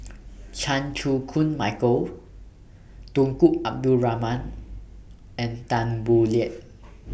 Chan Chew Koon Michael Tunku Abdul Rahman and Tan Boo Liat